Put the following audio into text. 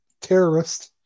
terrorist